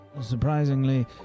Surprisingly